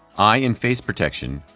eye and face protection,